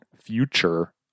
future